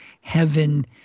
heaven